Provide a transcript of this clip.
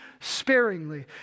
sparingly